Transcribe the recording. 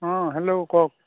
অঁ হেল্ল' কওক